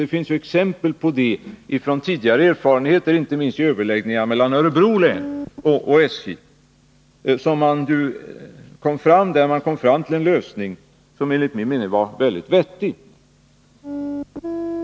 Det finns ju exempel på detta från tidigare erfarenheter, inte minst från Örebro län, där man kommit fram till en lösning som enligt min mening var mycket vettig.